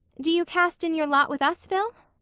do you cast in your lot with us, phil?